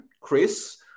Chris